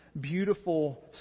beautiful